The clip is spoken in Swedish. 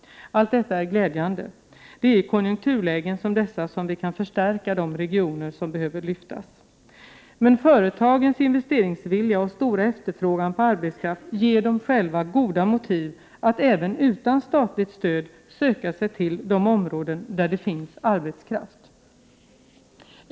Allt detta är glädjande. Det är i konjunkturlägen som dessa som vi kan förstärka de regioner som behöver lyftas. Men företagens investeringsvilja och stora efterfrågan på arbetskraft ger dem goda motiv att, även utan statligt stöd, söka sig till de områden där det finns arbetskraft.